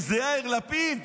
אם זה יאיר לפיד,